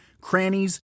crannies